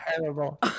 terrible